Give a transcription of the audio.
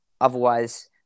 Otherwise